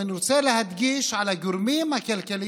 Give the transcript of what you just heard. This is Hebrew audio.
אבל אני רוצה להדגיש את הגורמים הכלכליים